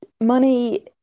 money